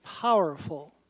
powerful